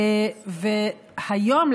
היום,